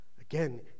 again